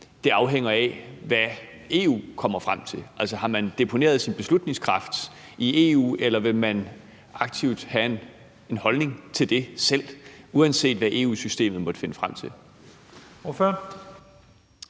afhænger af, hvad EU kommer frem til. Altså, har man deponeret sin beslutningskraft i EU, eller vil man aktivt have en holdning til det selv, uanset hvad EU-systemet måtte finde frem til? Kl.